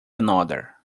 another